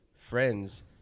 Friends